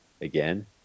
again